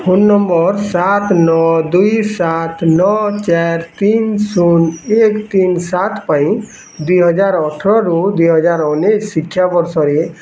phone number ସାତ ନଅ ଦୁଇ ସାତ ନଅ ଚାରି ତିନି ଶୂନ ଏକ ତିନି ସାତ ପାଇଁ ଦୁଇ ହଜାର ଅଠରରୁ ଦୁଇ ହଜାର ଉନେଇଶି ଶିକ୍ଷା ବର୍ଷରେ